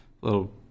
little